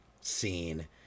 scene